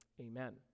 Amen